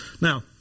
Now